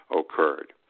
occurred